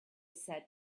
said